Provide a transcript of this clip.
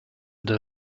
der